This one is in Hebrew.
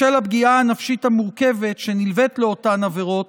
בשל הפגיעה הנפשית המורכבת שנלווית לאותן עבירות,